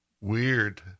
Weird